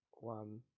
one